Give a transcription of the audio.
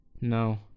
No